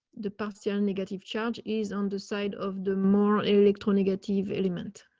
the path to and negative charge is on the side of the more electro negative element.